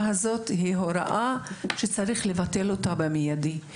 הזו היא הוראה שצריך לבטל אותה באופן מיידי.